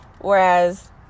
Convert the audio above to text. whereas